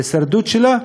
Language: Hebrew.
להישרדות שלה,